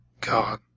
God